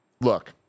Look